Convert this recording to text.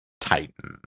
Titan